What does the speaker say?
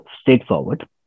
straightforward